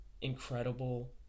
incredible